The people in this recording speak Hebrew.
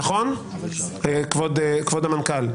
נכון, כבוד המנכ"ל?